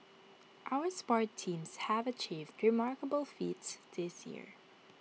our sports teams have achieved remarkable feats this year